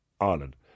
Ireland